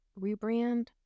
rebrand